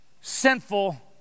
sinful